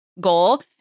goal